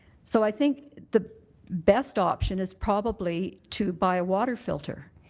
so i think the best option is probably to buy water filter.